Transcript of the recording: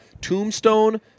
Tombstone